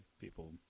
people